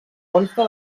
consta